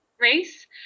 race